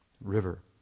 river